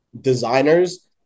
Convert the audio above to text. designers